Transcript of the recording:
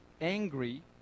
angry